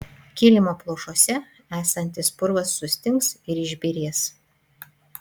kilimo plaušuose esantis purvas sustings ir išbyrės